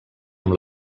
amb